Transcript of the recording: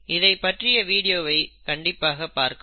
இதை பற்றிய இந்த வீடியோவை கண்டிப்பாக பார்க்கவும்